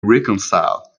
reconcile